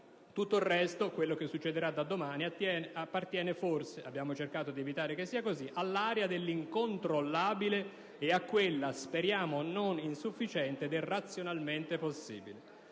Tutto il resto, quel che succederà da domani appartiene forse - abbiamo cercato di evitare che sia così - all'area dell'incontrollabile ed a quella - speriamo non insufficiente - del razionalmente possibile.